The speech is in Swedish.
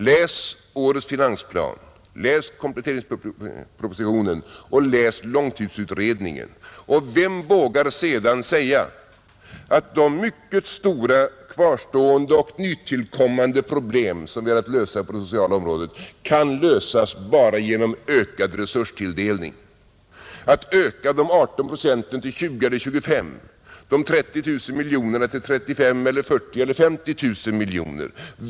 Läs årets finansplan, läs kompletteringspropositionen och läs långtidsutredningen, och vem vågar sedan säga att de mycket stora kvarstående och nytillkommande problem som vi har att lösa på det sociala området kan lösas bara genom ökad resurstilldelning, genom att öka de 18 procenten till 20 eller 25 procent och de 30 000 miljonerna till 35 000 eller 40 000 eller 50 000 miljoner kronor?